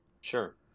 Sure